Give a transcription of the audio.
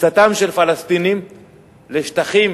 כניסתם של פלסטינים לשטחים